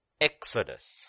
Exodus